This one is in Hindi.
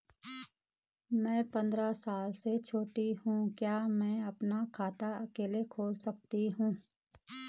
मैं पंद्रह साल से छोटी हूँ क्या मैं अपना खाता अकेला खोल सकती हूँ?